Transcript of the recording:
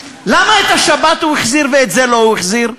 למה את השבת הוא החזיר ואת זה הוא לא החזיר?